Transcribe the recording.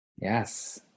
Yes